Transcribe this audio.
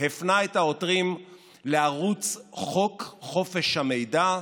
והפנה את העותרים לערוץ חוק חופש המידע,